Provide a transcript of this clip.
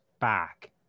back